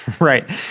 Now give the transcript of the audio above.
Right